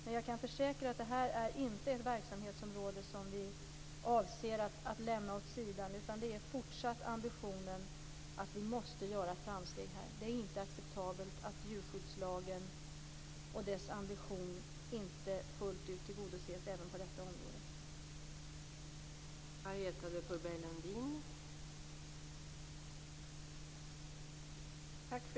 Men jag kan försäkra att det här inte är ett verksamhetsområde som vi avser att lämna åt sidan, utan ambitionen är fortsatt att vi måste göra framsteg här.